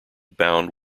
bound